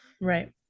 Right